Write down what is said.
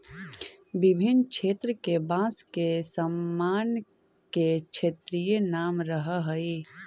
विभिन्न क्षेत्र के बाँस के सामान के क्षेत्रीय नाम रहऽ हइ